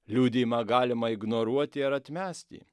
liudijimą galima ignoruoti ar atmesti